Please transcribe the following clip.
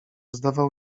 zdawał